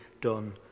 done